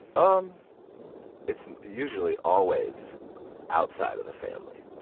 um it's usually always outside of the family.